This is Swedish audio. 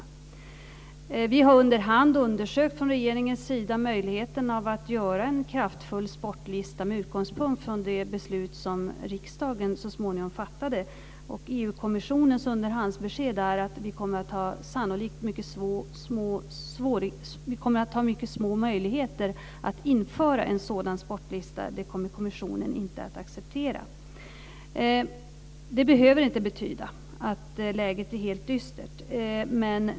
Regeringen har under hand undersökt möjligheten att göra en kraftfull sportlista med utgångspunkt från det beslut som riksdagen så småningom fattade. EU kommissionens underhandsbesked är att vi sannolikt kommer att ha mycket små möjligheter att införa en sådan sportlista. Det kommer kommissionen inte att acceptera. Det behöver inte betyda att läget är helt dystert.